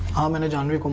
um and jhanvi